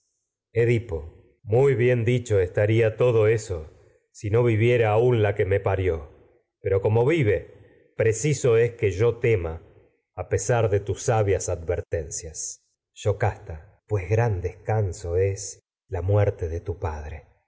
edipo viera muy que bien me dicho estaría todo eso si no vi aún la parió pero como vi va preciso es que yo tema a pesar pues de tus sabias advertencias descanso es yocasta gran la muerte de tu padre